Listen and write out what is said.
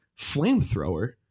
Flamethrower